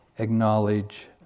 Acknowledge